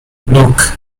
look